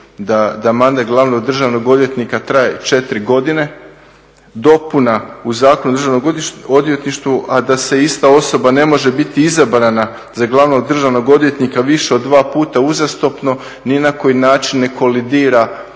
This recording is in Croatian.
da mandat glavnog državnog odvjetnika traje četiri godine, dopuna u Zakonu o državnom odvjetništvu, a da se ista osoba ne može biti izabrana za glavnog državnog odvjetnika više od dva puta uzastopno ni na koji način ne kolidira